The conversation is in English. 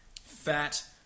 fat